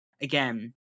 again